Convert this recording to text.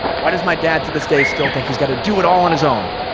why does my dad to this day still think he's got to do it all on his own?